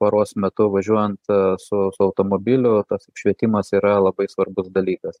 paros metu važiuojant su su automobiliu tas apšvietimas yra labai svarbus dalykas